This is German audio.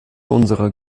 unserer